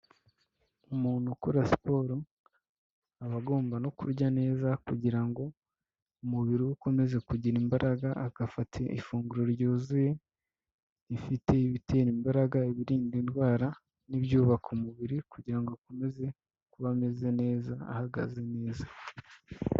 Umuntu ukora siporo aba agomba no kurya neza kugira ngo umubiri we ukomeze kugira imbaraga, agafate ifunguro ryuzuye rifite ibitera imbaraga, ibirinda indwara, n'ibyubaka umubiri, kugira ngo akomeze kuba ameze neza ahagaze neza.